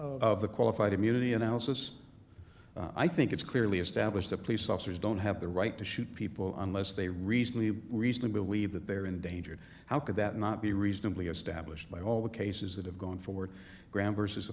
of the qualified immunity analysis i think it's clearly established the police officers don't have the right to shoot people unless they recently reason to believe that they're in danger how could that not be reasonably established by all the cases that have gone forward graham versus